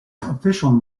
official